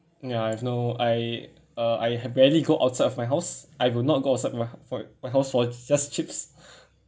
ya I have no I uh I have barely go outside of my house I will not go outside my h~ for my house for just chips